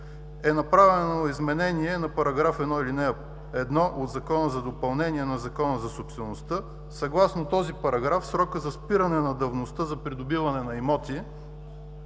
е направено изменение на § 1, ал. 1 от Закона за допълнение на Закона за собствеността. Съгласно този параграф срокът за спиране на давността за придобиване на имоти